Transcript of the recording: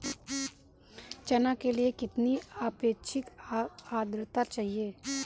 चना के लिए कितनी आपेक्षिक आद्रता चाहिए?